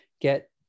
get